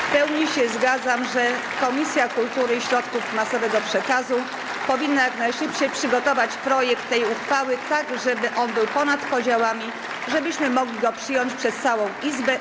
W pełni się zgadzam, że Komisja Kultury i Środków Przekazu powinna jak najszybciej przygotować projekt tej uchwały, tak żeby on był ponad podziałami, żeby mógł być przyjęty przez całą Izbę.